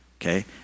okay